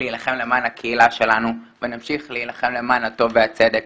להילחם למען הקהילה שלנו ונמשיך להילחם למען הטוב והצדק,